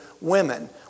women